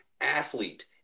athlete